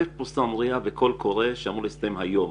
פורסם RIA וקול קורא שאמור להסתיים היום.